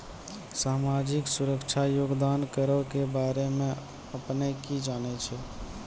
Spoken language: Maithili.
समाजिक सुरक्षा योगदान करो के बारे मे अपने कि जानै छो?